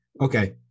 okay